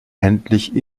endlich